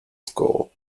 school